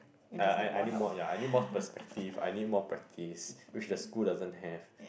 I I I I need more ya I need more perspective I need more practice which the school doesn't have